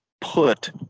put